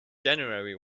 january